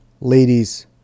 Ladies